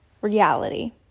reality